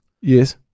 Yes